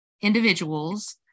individuals